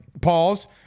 pause